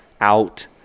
out